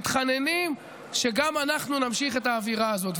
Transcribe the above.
מתחננים שגם אנחנו נמשיך את האווירה הזאת.